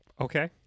okay